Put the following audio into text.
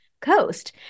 Coast